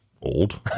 Old